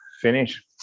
finish